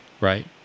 right